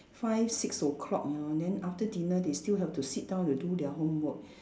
five six o-clock you know then after dinner they still have to sit down to do their homework